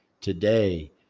today